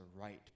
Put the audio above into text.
right